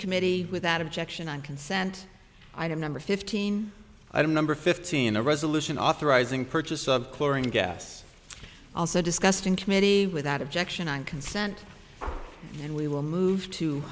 committee without objection on consent item number fifteen i don't number fifteen a resolution authorizing purchase of chlorine gas also discussed in committee without objection on consent and we will move to